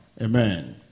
Amen